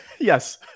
Yes